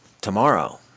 tomorrow